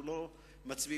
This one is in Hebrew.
לו עוד דקה.